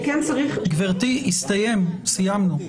סיימנו.